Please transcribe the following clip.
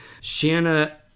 Shanna